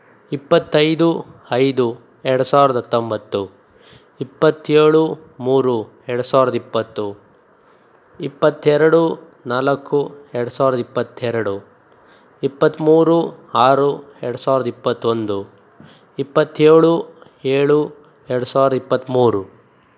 ಇಪ್ಪತ್ತೈದು ಐದು ಎರಡು ಸಾವಿರದ ಹತ್ತೊಂಬತ್ತು ಇಪ್ಪತ್ತೇಳು ಮೂರು ಎರಡು ಸಾವಿರದ ಇಪ್ಪತ್ತು ಇಪ್ಪತ್ತೆರಡು ನಾಲ್ಕು ಎರಡು ಸಾವಿರದ ಇಪ್ಪತ್ತೆರಡು ಇಪ್ಪತ್ಮೂರು ಆರು ಎರಡು ಸಾವಿರದ ಇಪ್ಪತ್ತೊಂದು ಇಪ್ಪತ್ತೇಳು ಏಳು ಎರಡು ಸಾವಿರದ ಇಪ್ಪತ್ಮೂರು